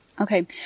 Okay